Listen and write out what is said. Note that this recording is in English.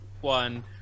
one